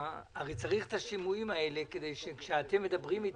הרי צריך את השימועים האלה כדי שכאשר מדברים עם